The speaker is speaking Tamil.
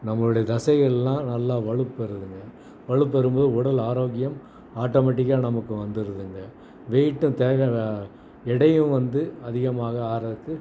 நம்மளுடைய தசைகள் எல்லாம் நல்லா வலுப்பெறுதுங்க வலுப்பெறும்போது உடல் ஆரோக்கியம் ஆட்டோமேட்டிக்காக நமக்கு வந்துருதுங்க வெயிட்டும் தேவையான இடையும் வந்து அதிகமாக ஆக ஆகறதுக்கு